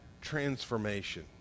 transformation